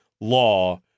law